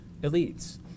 elites